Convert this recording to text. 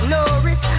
Norris